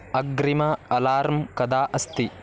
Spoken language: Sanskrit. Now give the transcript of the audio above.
अग्रिम अलार्म् कदा अस्ति